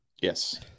Yes